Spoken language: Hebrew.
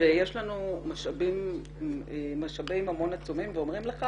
ויש לנו משאבי ממון עצומים ואומרים לך